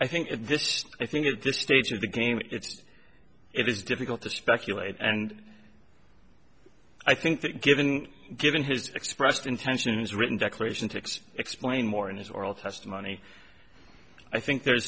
i think this i think at this stage of the game it's it is difficult to speculate and i think that given given his expressed intention is written declaration ticks explain more in his oral testimony i think there's